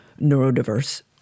neurodiverse